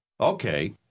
Okay